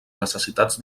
necessitats